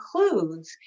includes